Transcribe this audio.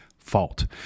fault